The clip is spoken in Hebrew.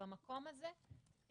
במקום הזה,